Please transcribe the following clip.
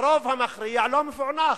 הרוב המכריע לא מפוענח.